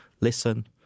listen